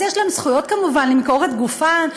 אז יש להן זכויות כמובן למכור את גופן,